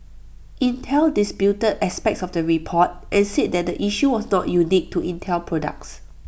Intel disputed aspects of the report and said the issue was not unique to Intel products